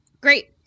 Great